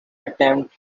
attempt